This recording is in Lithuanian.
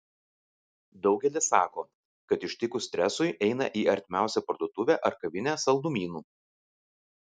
daugelis sako kad ištikus stresui eina į artimiausią parduotuvę ar kavinę saldumynų